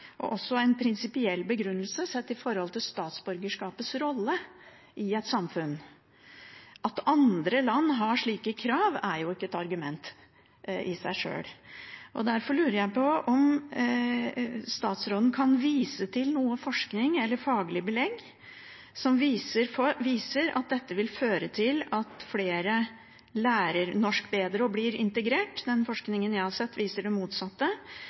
og også en prinsipiell begrunnelse sett i forhold til statsborgerskapets rolle i et samfunn. At andre land har slike krav, er ikke et argument i seg sjøl. Derfor lurer jeg på om statsråden kan vise til noe forskning eller faglig belegg som viser at dette vil føre til at flere lærer norsk bedre og blir integrert. Den forskningen jeg har sett, viser det motsatte.